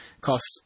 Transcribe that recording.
costs